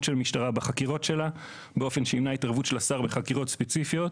המשטרה בחקירות שלה באופן שימנע התערבות של השר בחקירות ספציפיות.